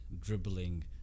Dribbling